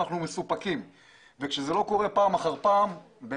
אבל פעם אחר פעם זה לא קורה.